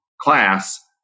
class